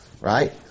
Right